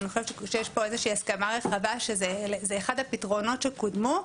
אני חושבת שיש פה איזושהי הסכמה רחבה שזה אחד הפתרונות שקודמו,